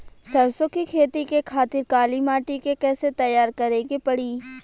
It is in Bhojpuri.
सरसो के खेती के खातिर काली माटी के कैसे तैयार करे के पड़ी?